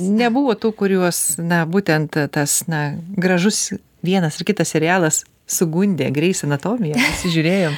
nebuvo tų kuriuos na būtent tas na gražus vienas ar kitas serialas sugundė greis anatomiją pasižiūrėjom